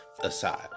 aside